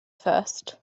first